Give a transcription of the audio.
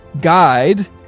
guide